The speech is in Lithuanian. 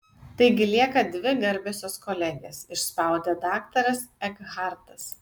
taigi lieka dvi garbiosios kolegės išspaudė daktaras ekhartas